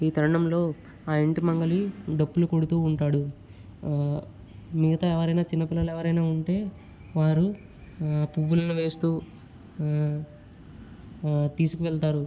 ఈ తరుణంలో ఆ ఇంటి మంగలి డప్పులు కొడుతూ ఉంటాడు మిగతా ఎవరైనా చిన్నపిల్లలు ఎవరైనా ఉంటే వారు పువ్వులను వేస్తూ తీసుకువెళతారు